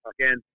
again